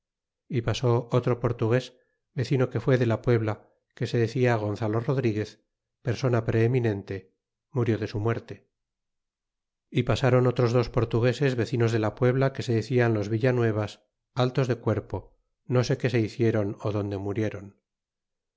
e pasó otro portugues vecino que fue de la puebla que se decia gonzalo rodriguez persona preeminente murió de su muerte e pasron otros dos portugueses vecinos de la puebla que se decian los villanuevas altos de cuerpo no sé que se hiciéron ó donde murieron